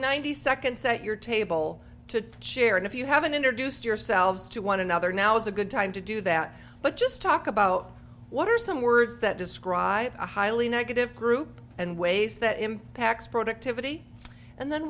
ninety seconds at your table to share and if you haven't introduced yourselves to one another now is a good time to do that but just talk about what are some words that describe a highly negative group and ways that impacts productivity and then